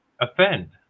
offend